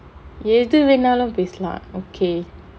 எது வேணாலும் பேசலாம்:ethu venaalum pesalaam okay